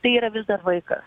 tai yra vis dar vaikas